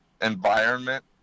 environment